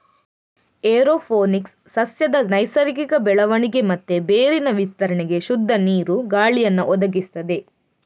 aeroponics ಸಸ್ಯದ ನೈಸರ್ಗಿಕ ಬೆಳವಣಿಗೆ ಮತ್ತೆ ಬೇರಿನ ವಿಸ್ತರಣೆಗೆ ಶುದ್ಧ ನೀರು, ಗಾಳಿಯನ್ನ ಒದಗಿಸ್ತದೆ